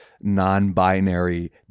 non-binary